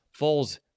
Foles